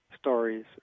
stories